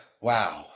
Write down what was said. Wow